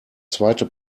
zweite